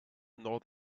nor